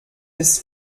ist